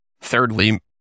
Thirdly